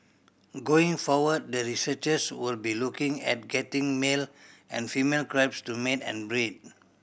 going forward the researchers will be looking at getting male and female crabs to mate and breed